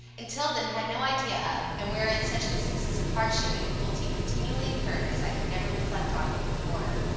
and till then had no idea of, and wherein such instances of hardship and cruelty continually occurred as i can never reflect on but with horror.